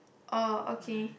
oh okay